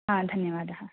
हा धन्यवादः